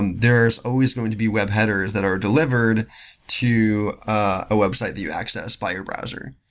and there is always going to be web headers that are delivered to a website that you accessed by your browser.